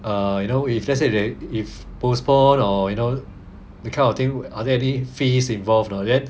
err you know if let's say they if postponed or you know that kind of thing are there any fees involved or not then